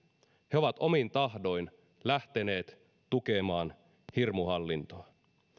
he ovat omin tahdoin lähteneet tukemaan hirmuhallintoa